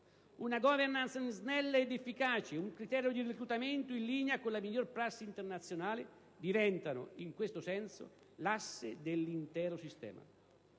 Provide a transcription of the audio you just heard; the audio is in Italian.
una *governance* snella ed efficace; un criterio di reclutamento in linea con la migliore prassi internazionale diventano in questo senso l'asse dell'intero sistema.